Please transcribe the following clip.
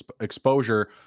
exposure